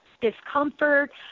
discomfort